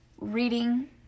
Reading